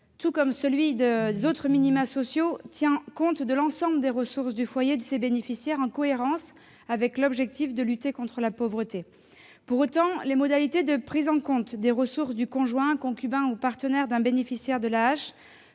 comme celui des autres minima sociaux, tient compte de l'ensemble des ressources du foyer, en cohérence avec l'objectif de lutter contre la pauvreté. Pour autant, les modalités de prise en compte des ressources du conjoint, concubin ou partenaire d'un bénéficiaire de l'AAH